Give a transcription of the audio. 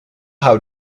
how